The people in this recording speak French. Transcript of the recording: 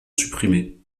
supprimait